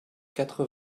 quatre